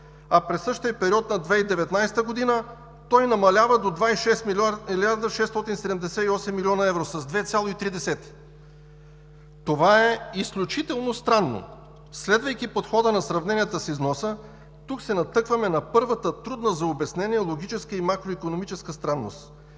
а през същия период на 2019 г. той намалява до 26 млрд. 678 млрд. лв. – с 2,3%. Това е изключително странно. Следвайки подхода на сравненията с износа, тук се натъкваме на първата трудна за обяснение логическа и макроикономическа странност,